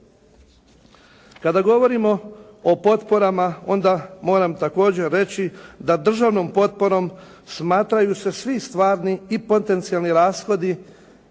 Kada govorimo o potporama onda moram također reći da državnom potporom smatraju se svi stvarni i potencijalni rashodi